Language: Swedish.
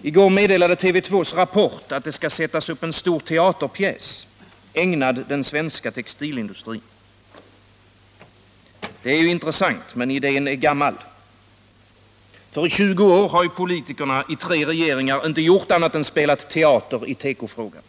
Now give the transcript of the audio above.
I går meddelade TV 2:s Rapport att det skall sättas upp en stor teaterpjäs ägnad den svenska textilindustrin. Det är ju intressant, men idén är gammal. Under 20 år har politikerna i tre regeringar inte gjort annat än spelat teater i tekofrågan.